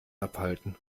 abhalten